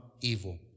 evil